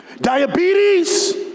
Diabetes